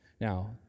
Now